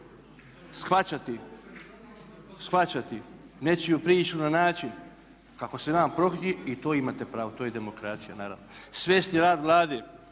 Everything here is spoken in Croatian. vas. Shvaćati nečiju priču na način kako se vama prohtje i to imate pravo, to je demokracija naravno. Svesti rad Vlade